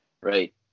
right